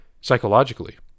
psychologically